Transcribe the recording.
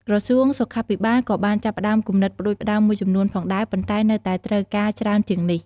ក្រសួងសុខាភិបាល ក៏បានចាប់ផ្តើមគំនិតផ្តួចផ្តើមមួយចំនួនផងដែរ ប៉ុន្តែនៅតែត្រូវការច្រើនជាងនេះ។